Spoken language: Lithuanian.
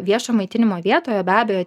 viešo maitinimo vietoje be abejo